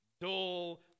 dull